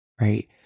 right